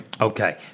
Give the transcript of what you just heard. Okay